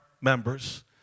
members